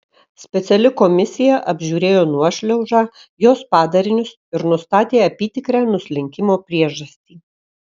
speciali komisija apžiūrėjo nuošliaužą jos padarinius ir nustatė apytikrę nuslinkimo priežastį